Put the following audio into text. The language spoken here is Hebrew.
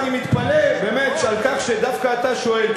אני מתפלא באמת על כך שדווקא אתה שואל,